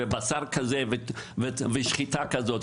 בשר כזה או שחיטה כזאת.